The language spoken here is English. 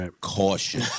caution